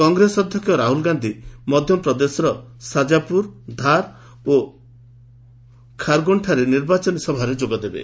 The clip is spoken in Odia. କଂଗ୍ରେସ ଅଧ୍ୟକ୍ଷ ରାହୁଲ୍ ଗାନ୍ଧି ମଧ୍ୟପ୍ରଦେଶର ସାଜାପୁର ଧାର୍ ଓ ଖାର୍ଗୋନ୍ରେ ନିର୍ବାଚନୀ ସଭାରେ ଯୋଗ ଦେବେ